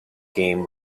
game